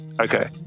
Okay